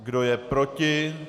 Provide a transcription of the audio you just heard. Kdo je proti?